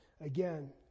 Again